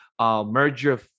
merger